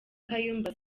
kayumba